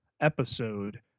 episode